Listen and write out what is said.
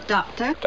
Doctor